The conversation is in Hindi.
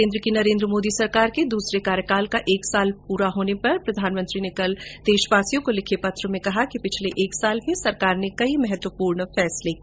केन्द्र की नरेन्द्र मोदी सरकार के दूसरे कार्यकाल का एक साल पूरा होने पर प्रधानमंत्री ने देशवासियों को लिखे पत्र में कहा कि पिछले एक साल में सरकार ने कई महत्वपूर्ण फैसले लिए हैं